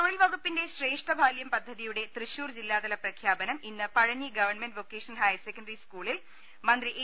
തൊഴിൽവകുപ്പിന്റെ ശ്രേഷ്ഠബാലൃം പദ്ധതിയുടെ തൃശൂർ ജില്ലാതല പ്രഖ്യാപനം ഇന്ന് Pazhanji government vocational higher secondary സ്കൂളിൽ മന്ത്രി എ